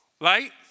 right